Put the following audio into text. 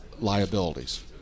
liabilities